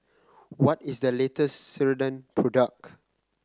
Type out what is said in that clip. what is the latest Ceradan product